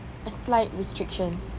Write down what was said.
a slight restrictions